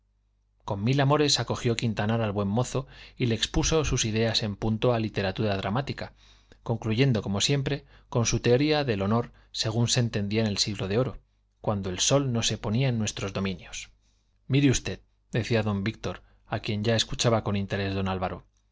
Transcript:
con mil amores acogió quintanar al buen mozo y le expuso sus ideas en punto a literatura dramática concluyendo como siempre con su teoría del honor según se entendía en el siglo de oro cuando el sol no se ponía en nuestros dominios mire usted decía don víctor a quien ya escuchaba con interés don